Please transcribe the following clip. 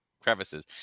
crevices